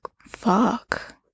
fuck